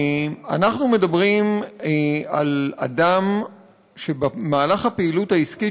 אנחנו מדברים על אדם שבמהלך הפעילות העסקית